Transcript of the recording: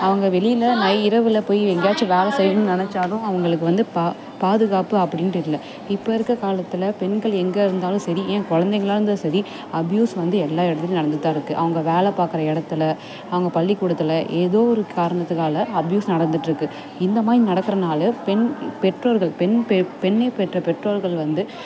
அவங்க வெளியில் நள்ளிரவில் போய் எங்கேயாச்சும் வேலை செய்யணும்னு நினச்சாலும் அவங்களுக்கு வந்து பா பாதுகாப்பு அப்படின்றது இல்லை இப்போ இருக்கற காலத்தில் பெண்கள் எங்கேயிருந்தாலும் சரி ஏன் குழந்தைகளா இருந்தாலும் சரி அப்யூஸ் வந்து எல்லா இடத்துலையும் நடந்துட்டுதா இருக்குது அவங்க வேலை பார்க்குற இடத்துல அவுங்க பள்ளிக்கூடத்துல ஏதோ ஒரு காரணத்தினால அப்யூஸ் நடந்துகிட்டு இருக்குது இந்த மாதிரி நடக்கிறதுனால பெண் பெற்றோர்கள் பெண்கள் பெ பெண்ணை பெற்ற பெற்றோர்கள் வந்து